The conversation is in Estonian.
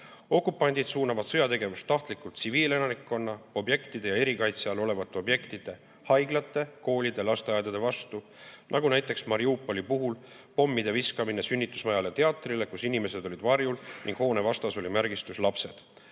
Okupandid suunavad sõjategevust tahtlikult tsiviilelanikkonna, ‑objektide ja erikaitse all olevate objektide – haiglate, koolide, lasteaedade – vastu, nagu näiteks Mariupoli puhul: pommide viskamine sünnitusmajale ja teatrile, kus inimesed olid varjul ning hoone vastas oli märgistus "Lapsed",